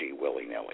willy-nilly